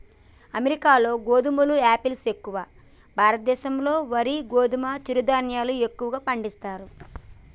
అమెరికాలో గోధుమలు ఆపిల్స్ ఎక్కువ, భారత్ లో వరి గోధుమ చిరు ధాన్యాలు ఎక్కువ పండిస్తారు